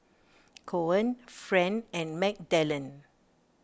Coen Friend and Magdalen